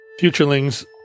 Futurelings